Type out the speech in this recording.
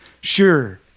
sure